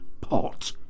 pot